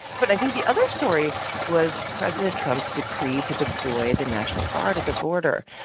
but i think the other story was president trump's decree to deploy the national guard at the border.